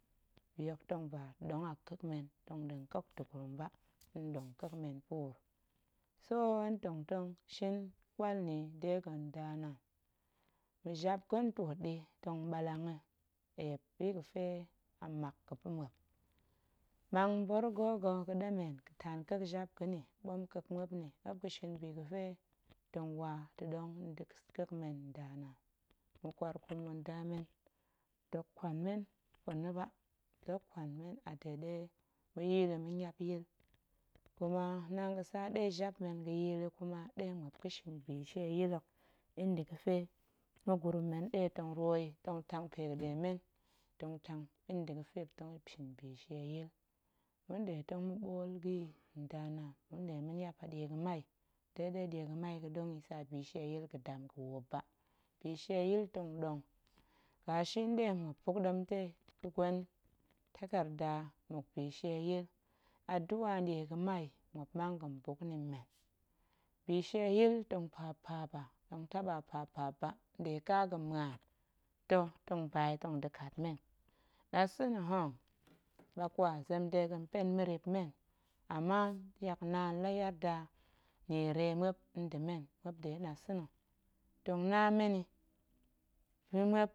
Bi hok tong ba ɗong a ƙek men tong ɗong ƙek nda̱gurum ba, tong ɗong ƙek men puur, so hen tong tong shin ƙwal nna̱ yi deg̱a̱ nda na̱, jap ga̱ ntwoot ɗi tong ɓallang yi eep bi ga̱fe ammak ga̱ pa̱ muop, mang borgo ga̱ ga̱ɗemen ga̱ tang ƙek jap ga̱ nni, bom ƙek muop nni muop shin bi ga̱fe tong wa ta̱ɗong nda̱ ƙek men nda, ma̱ƙwaarkum ma̱ɗemen dok kwan men pa̱na̱ ba, dok a de ɗe ma̱ya̱a̱l yi ma̱niap yil, kuma naan ga̱tsa ɗe jap men ga̱ya̱a̱l yi kuma ɗe muop ga̱shin bishieyil hok, in nda̱ ga̱fe ma̱gurum men ɗe tong ruwp yi tong tang pe ga̱ɗe men, tong tang in nda̱ ga̱pe muop tong shin bishieyil, ma̱nɗe tong ma̱ɓool ga̱ yi nda naan, nɗe tong ma̱niap a ɗie ga̱mai, de ɗe ɗie ga̱mai ga̱ɗong yi tsa bishieyil ga̱dam ga̱woop ba, bishieyil tong ɗong, gashi nɗe muop buk ɗemtei gə gwen tagarda mmuk bishieyil, aduꞌa nɗie ga̱mai muop mang ga̱n buk nni mmen, bishieyil tong paap paap ba, tong taɓa paap paap ba nɗe ƙa ga̱n mmuan ta̱ tong ba yi tong da̱ kat men, nɗasa̱na̱ ho ɓakwa zem dega̱ puan mirip men, ama tyak naan la yarda niere muop nda̱ men muop nɗe nɗasa̱na̱ tong na men yi pe muop.